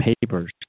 papers